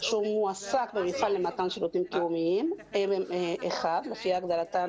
שהוא מועסק במפעל למתן שירותים קיומיים לפי הגדרתם